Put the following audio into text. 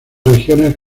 regiones